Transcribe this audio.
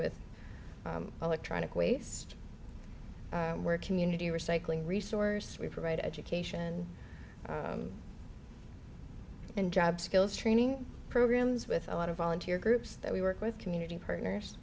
with electronic waste work community recycling resource we provide education and job skills training programs with a lot of volunteer groups that we work with community partners